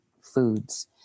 foods